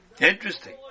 Interesting